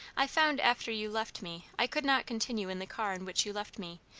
i found, after you left me, i could not continue in the car in which you left me,